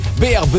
BRB